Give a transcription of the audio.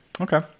Okay